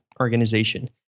organization